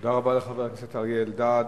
תודה רבה לחבר הכנסת אריה אלדד.